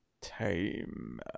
time